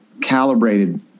calibrated